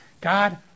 God